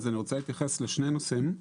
אני רוצה להתייחס לשני נושאים,